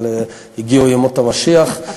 הגיעו ימות המשיח,